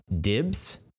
Dibs